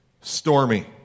stormy